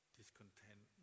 discontent